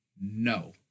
No